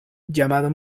llamado